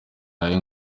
aya